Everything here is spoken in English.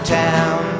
town